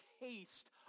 taste